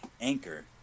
anchor